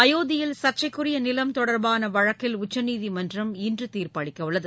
அயோத்தியில் சா்ச்சைக்குரிய நிலம் தொடா்பான வழக்கில் உச்சநீதிமன்றம் இன்று தீா்ப்பளிக்க உள்ளது